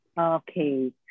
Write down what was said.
Okay